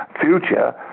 future